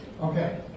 Okay